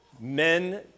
men